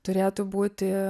turėtų būti